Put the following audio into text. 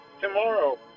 tomorrow